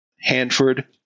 Hanford